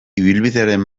ibilbidearen